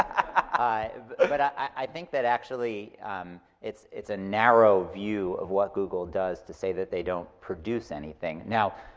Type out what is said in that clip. i but i think that actually um it's it's a narrow view of what google does to say that they don't produce anything. now,